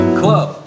club